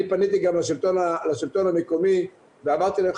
אני פניתי גם לשלטון המקומי ואמרתי להם,